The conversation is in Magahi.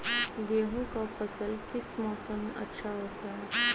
गेंहू का फसल किस मौसम में अच्छा होता है?